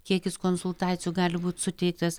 kiekis konsultacijų gali būt suteiktas